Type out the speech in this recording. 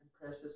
precious